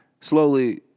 slowly